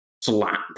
Slap